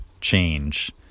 change